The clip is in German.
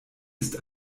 ist